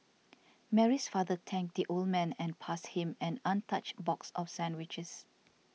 Mary's father thanked the old man and passed him an untouched box of sandwiches